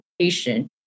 patient